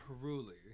truly